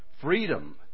freedom